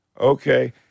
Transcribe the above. okay